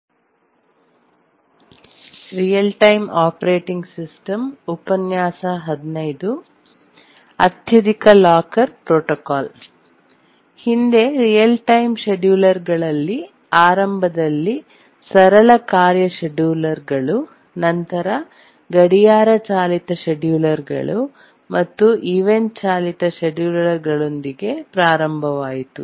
ಅತ್ಯಧಿಕ locker protocol ಹಿಂದೆ real time ಶೆಡ್ಯೂಲರ್ಗಳಲ್ಲಿ ಆರಂಭದಲ್ಲಿ ಸರಳ ಕಾರ್ಯ ಶೆಡ್ಯೂಲರ್ಗಳು ನಂತರ ಗಡಿಯಾರ ಚಾಲಿತ ಶೆಡ್ಯೂಲರ್ಗಳು ಮತ್ತು ಈವೆಂಟ್ ಚಾಲಿತ ಶೆಡ್ಯೂಲರ್ಗಳೊಂದಿಗೆ ಪ್ರಾರಂಭವಾಯಿತು